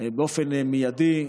באופן מיידי,